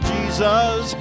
Jesus